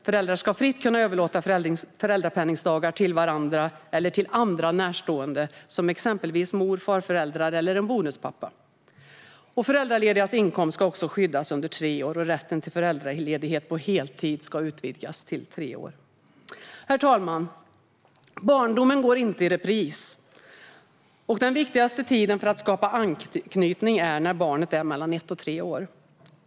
Föräldrar ska fritt kunna överlåta föräldrapenningdagar till varandra eller till andra närstående, exempelvis mor eller farföräldrar eller en bonuspappa. Föräldraledigas inkomst ska också skyddas under tre år, och rätten till föräldraledighet på heltid ska utvidgas till tre år. Herr talman! Barndomen går inte i repris, och den viktigaste tiden för att skapa anknytning är när barnet är mellan ett och tre år.